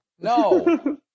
No